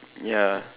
ya